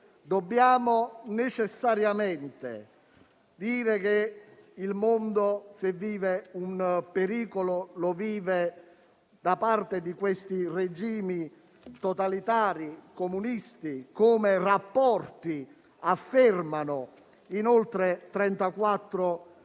Dobbiamo necessariamente dire che il mondo, se vive un pericolo, lo vive da parte dei regimi totalitari comunisti, come i rapporti affermano in oltre 34 Nazioni.